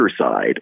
side